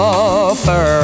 offer